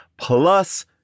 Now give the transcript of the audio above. Plus